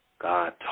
God